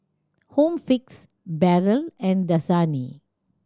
Home Fix Barrel and Dasani